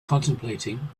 contemplating